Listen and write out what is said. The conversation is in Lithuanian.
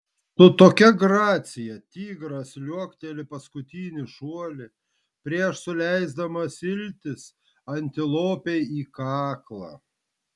su tokia gracija tigras liuokteli paskutinį šuolį prieš suleisdamas iltis antilopei į kaklą